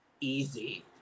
easy